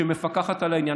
שמפקחת על העניין.